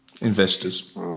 investors